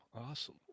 awesome